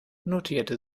notierte